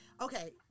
okay